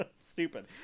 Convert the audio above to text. Stupid